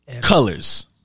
Colors